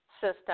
system